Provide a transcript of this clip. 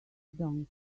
donkey